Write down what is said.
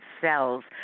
cells